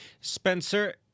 Spencer